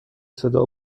صدا